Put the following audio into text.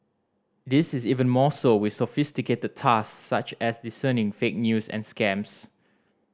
this is even more so with sophisticated tasks such as discerning fake news and scams